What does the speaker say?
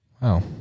wow